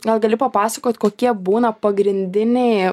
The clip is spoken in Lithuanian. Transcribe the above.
gal gali papasakot kokie būna pagrindiniai